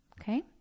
Okay